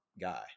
guy